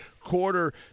quarter